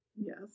Yes